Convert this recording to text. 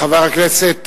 חבר הכנסת